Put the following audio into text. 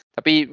Tapi